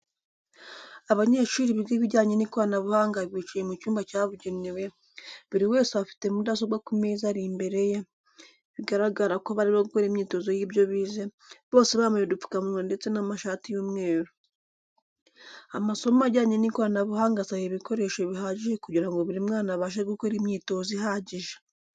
Abanyeshuri biga ibijyanye n'ikoranabuhanga bicaye mu cyumba cyabugenewe, buri wese afite mudasobwa ku meza ari imbere ye, bigaragara ko barimo gukora imyitozo y'ibyo bize, bose bambaye udupfukamunwa ndetse n'amashati y'umweru. Amasomo ajyanye n'ikoranabuhanga asaba ibikoreso bihagije kugira ngo buri mwana abashe gukora imyitozo ihagije.